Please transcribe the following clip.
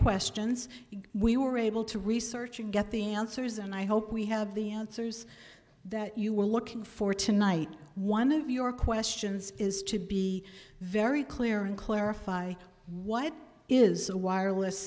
questions we were able to research and get the answers and i hope we have the answers that you were looking for tonight one of your questions is to be very clear and clarify what is a wireless